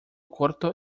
corto